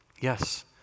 Yes